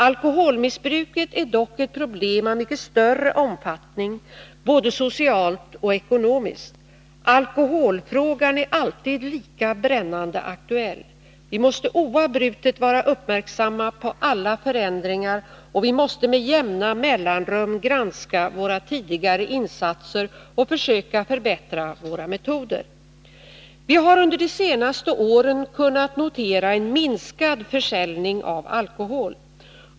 Alkoholmissbruket är dock ett problem av mycket större omfattning, både socialt och ekonomiskt. Alkoholfrågan är alltid lika brännande aktuell. Vi måste oavbrutet vara uppmärksamma på alla förändringar, och vi måste med jämna mellanrum granska våra tidigare insatser och försöka förbättra våra metoder. Vi har under de senaste åren kunnat notera en minskad försäljning av alkohol.